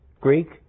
Greek